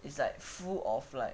it's like full of light